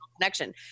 connection